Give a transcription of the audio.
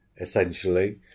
Essentially